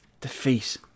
Defeat